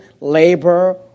labor